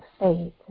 faith